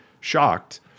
shocked